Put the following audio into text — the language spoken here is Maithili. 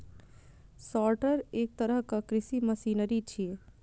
सॉर्टर एक तरहक कृषि मशीनरी छियै